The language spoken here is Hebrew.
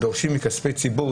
כשדורשים מכספי ציבור,